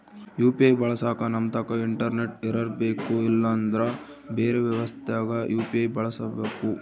UPI ಬಳಸಕ ನಮ್ತಕ internet ಇರರ್ಬೆಕು ಇಲ್ಲಂದ್ರ ಬೆರೆ ವ್ಯವಸ್ಥೆಗ ಯು.ಪಿ.ಐ ಬಳಸಬಕು